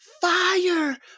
Fire